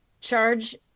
charge